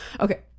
Okay